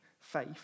faith